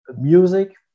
music